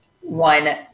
one